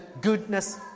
goodness